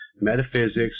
metaphysics